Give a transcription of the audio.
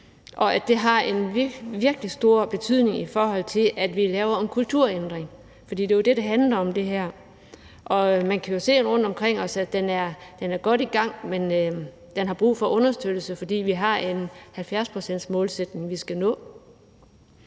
og at det har en virkelig stor betydning, i forhold til at vi laver en kulturændring. For det er jo det, det her handler om, og man kan se rundtomkring os, at den er godt i gang, men at den har brug for understøttelse, fordi vi har en 70-procentsmålsætning, vi skal nå.